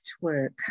work